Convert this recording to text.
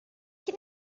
can